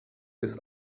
bis